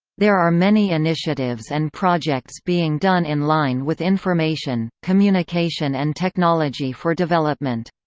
there are many initiatives and projects being done in line with information, communication and technology for development.